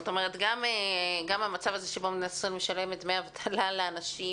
גם המצב שבו מעדיפים לשלם דמי אבטלה לאנשים